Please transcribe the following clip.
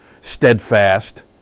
steadfast